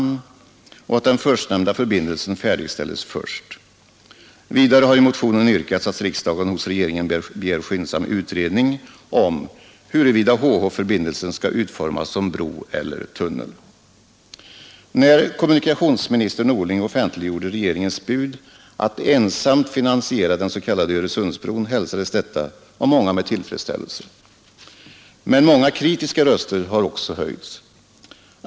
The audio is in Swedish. När kommunikationsminister Norling offentliggjorde regeringens bud att ensam finansiera den s.k. Öresundsbron hälsades detta av många med tillfredsställelse. Men många kritiska röster har också höjts.